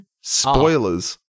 Spoilers